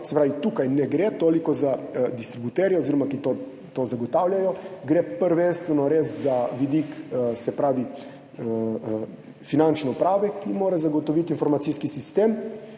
tukaj ne gre toliko za distributerje, ki to zagotavljajo, gre prvenstveno za vidik Finančne uprave, ki mora zagotoviti informacijski sistem,